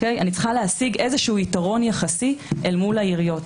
אני צריכה להשיג איזשהו יתרון יחסי אל מול העיריות.